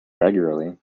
regularly